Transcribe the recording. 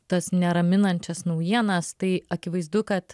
tas neraminančias naujienas tai akivaizdu kad